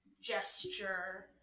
gesture